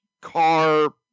car